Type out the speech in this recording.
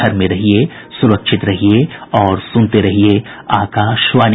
घर में रहिये सुरक्षित रहिये और सुनते रहिये आकाशवाणी